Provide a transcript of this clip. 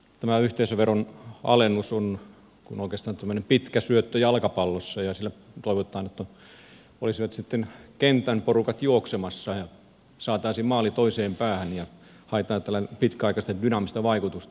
tämä yhteisöveron alennus on kuin oikeastaan tämmöinen pitkä syöttö jalkapallossa ja sillä toivotaan että olisivat sitten kentän porukat juoksemassa ja saataisiin maali toiseen päähän ja haetaan tällä pitkäaikaista dynaamista vaikutusta